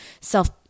self –